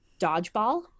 dodgeball